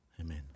amen